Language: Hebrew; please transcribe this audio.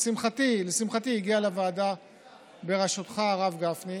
ולשמחתי זה הגיע לוועדה בראשותך, הרב גפני,